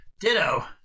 Ditto